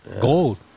gold